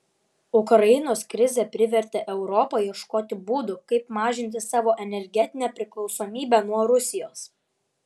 ukrainos krizė privertė europą ieškoti būdų kaip mažinti savo energetinę priklausomybę nuo rusijos